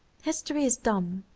history is dumb.